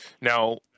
Now